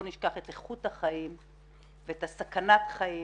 נשכח את איכות החיים ואת סכנת החיים